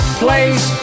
place